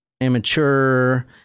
Immature